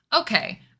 okay